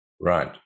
Right